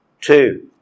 Two